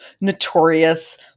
notorious